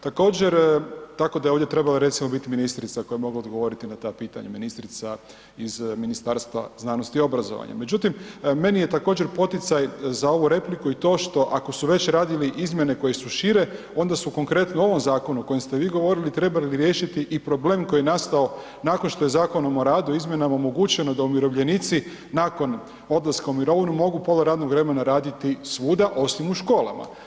Također, tako da je ovdje trebala recimo biti ministrica koja je mogla odgovoriti na ta pitanja, ministrica iz Ministarstva znanosti i obrazovanja međutim meni je također poticaj za ovu repliku i to što ako su već radili izmjene koje su šire, onda su konkretno ovom zakonu o kojem ste vi govorili, trebali bi riješiti i problem koji je nastao nakon što je Zakonom o radu, izmjenama omogućeno da umirovljenici nakon odlaska u mirovinu mogu pola radnog vremena raditi svuda osim u školama.